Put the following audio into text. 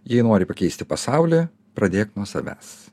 jei nori pakeisti pasaulį pradėk nuo savęs